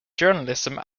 journalism